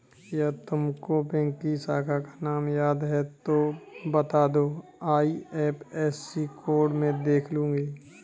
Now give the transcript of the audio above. यदि तुमको बैंक की शाखा का नाम याद है तो वो बता दो, आई.एफ.एस.सी कोड में देख लूंगी